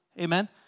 Amen